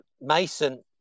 Mason